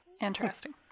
Interesting